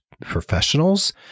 professionals